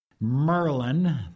Merlin